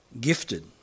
gifted